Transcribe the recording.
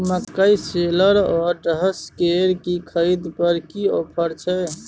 मकई शेलर व डहसकेर की खरीद पर की ऑफर छै?